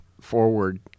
forward